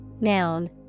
noun